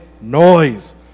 noise